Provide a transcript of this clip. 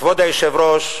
כבוד היושב-ראש,